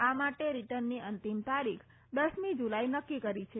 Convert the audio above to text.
આ માટે રીટર્નની અંતિમ તારીખ દસમી જુલાઈ નકકી કરી છે